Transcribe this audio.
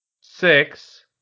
six